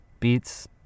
beats